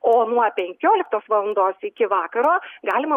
o nuo penkioliktos valandos iki vakaro galima